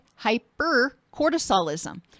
hypercortisolism